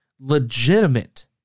legitimate